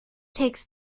takes